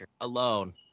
alone